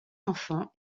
enfants